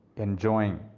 enjoying